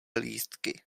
lístky